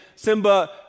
Simba